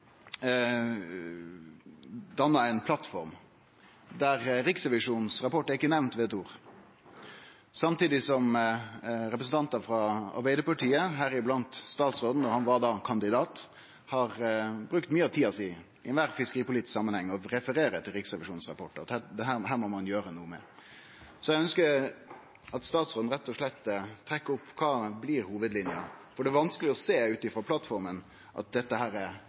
plattform der riksrevisjonsrapporten ikkje er nemnd med eit ord, samtidig som representantar frå Arbeidarpartiet, bl.a. statsråden da han var kandidat, har brukt mykje av tida si i fiskeripolitiske samanhengar til å referere til riksrevisjonsrapporten og til at dette må ein gjere noko med. Så eg ønskjer at statsråden rett og slett trekkjer opp kva som blir hovudlinjene, for det er vanskeleg å sjå ut frå plattforma at dette er